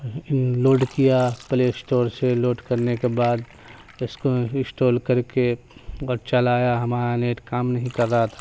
load کیا Play Store سے load کرنے کے بعد اس کو انسٹال کر کے اور چلایا ہمارا نیٹ کام نہیں کر رہا تھا